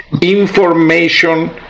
information